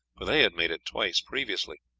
for they had made it twice previously.